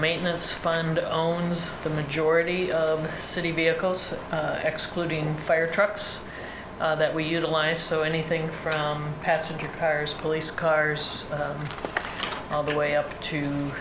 maintenance fund own the majority of city vehicles excluding fire trucks that we utilize so anything from passenger cars police cars all the way up to